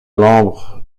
l’ombre